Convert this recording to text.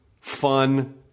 fun